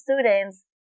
students